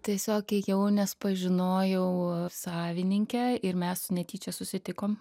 tiesiog ėjau nes pažinojau savininkę ir mes netyčia susitikom